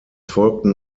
folgten